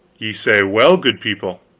ye say well, good people.